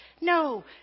No